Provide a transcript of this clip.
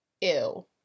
ew